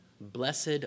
Blessed